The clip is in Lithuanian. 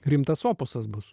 rimtas opusas bus